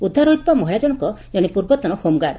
ଉଦ୍ଧାର ହୋଇଥିବା ମହିଳା ଜଶକ ଜଶେ ପୂର୍ବତନ ହୋମଗାର୍ଡ